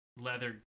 leather